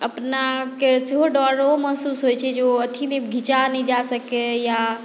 अपनाकेँ सेहो डरो महसूस होइत छै जे ओ अथी ने घिचा नहि जा सकय या